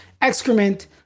excrement